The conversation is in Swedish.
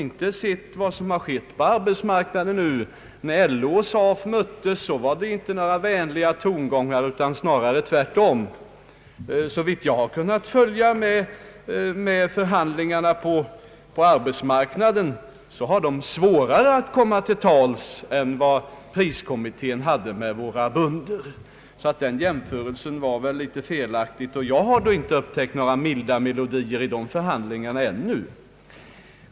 Men har herr Nilsson inte lagt märke till vad som skedde när LO och SAF möttes? Då var det inte några vänliga tongångar utan tvärtom. Såvitt jag har kunnat följa förhandlingarna på arbetsmarknaden, så har parterna där svårare att komma till tals än vad priskommittén hade med våra bönder. Den jämförelsen var alltså litet felaktig. Jag har i varje fall inte hittills upptäckt några milda melodier 1 arbetsmarknadens förhandlingsarbete.